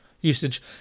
usage